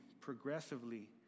progressively